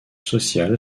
social